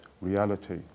reality